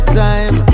time